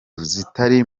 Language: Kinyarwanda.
zitari